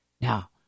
Now